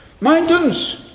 Mountains